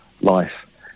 Life